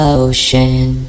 ocean